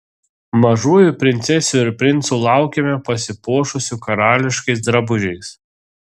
mažųjų princesių ir princų laukiame pasipuošusių karališkais drabužiais